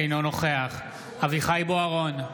אינו נוכח אביחי אברהם בוארון,